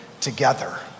together